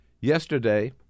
yesterday